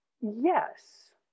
Yes